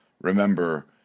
Remember